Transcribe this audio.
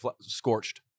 scorched